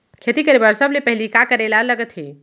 खेती करे बर सबले पहिली का करे ला लगथे?